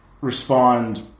respond